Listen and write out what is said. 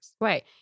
Right